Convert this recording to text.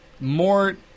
more